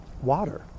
water